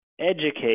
educate